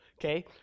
okay